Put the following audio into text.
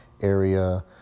area